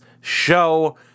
show